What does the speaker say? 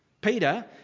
Peter